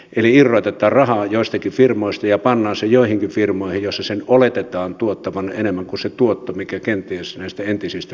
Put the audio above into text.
eli irrotetaan rahaa joistakin firmoista ja pannaan se joihinkin firmoihin joissa sen oletetaan tuottavan enemmän kuin mitä on se tuotto mikä kenties näistä entisistä firmoista on